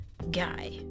guy